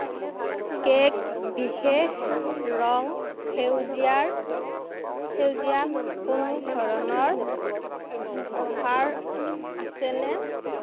cake বিশেষ ৰং সেউজীয়াৰ সেউজীয়াত কোনো ধৰণৰ অফাৰ আছেনে